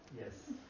Yes